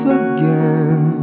again